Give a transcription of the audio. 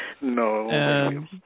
No